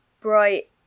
bright